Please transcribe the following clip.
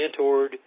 mentored